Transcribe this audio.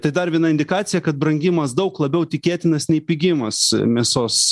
tai dar vieno indikacija kad brangimas daug labiau tikėtinas nei pigimas mėsos